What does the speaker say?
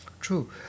True